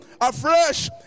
afresh